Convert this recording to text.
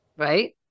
Right